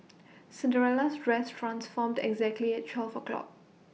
Cinderella's dress transformed exactly at twelve o' clock